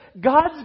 God's